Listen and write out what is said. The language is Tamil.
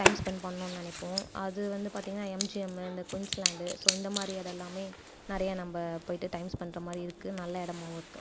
டைம் ஸ்பென்ட் பண்ணுன்னு நினைப்போம் அது வந்து பார்த்தீங்கன்னா எம்ஜிஎம்மு இந்த குயின்ஸ் லேண்டு ஸோ இந்த மாதிரி இடம் எல்லாமே நிறைய நம்ம போயிட்டு டைம்ஸ் பண்ணுற மாதிரி இருக்குது நல்ல இடமாவும் இருக்குது